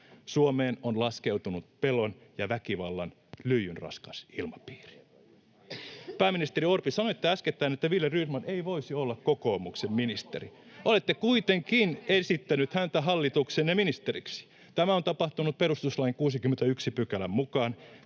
Suomeen on laskeutunut pelon ja väkivallan lyijynraskas ilmapiiri. Pääministeri Orpo, sanoitte äskettäin, että Wille Rydman ei voisi olla kokoomuksen ministeri. [Perussuomalaisten ryhmästä: Kummalla on rikostuomio?] Olette kuitenkin esittänyt häntä hallituksenne ministeriksi. Tämä on tapahtunut perustuslain 61 §:n mukaan,